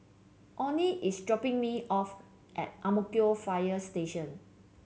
Onie is dropping me off at Ang Mo Kio Fire Station